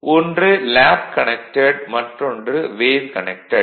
ஒன்று lab connected மற்றொன்று wave connected